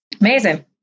Amazing